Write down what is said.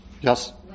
Yes